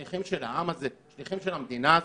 השליחים של העם הזה, השליחים של המדינה הזאת,